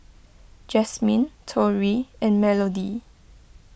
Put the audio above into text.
Jasmine Torey and Melodee